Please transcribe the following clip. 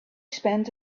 spent